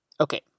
Okay